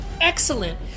Excellent